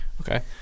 Okay